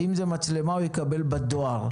אם זאת מצלמה, הוא יקבל בדואר.